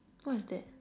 what is that